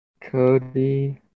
Cody